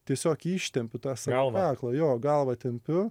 tiesiog ištempiu tą savo kaklą jo galvą tempiu